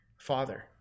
father